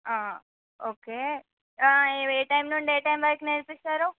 okay ఏ time నుండి ఏ టైమ్ వరకు నేర్పిస్తారు